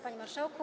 Panie Marszałku!